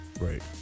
Right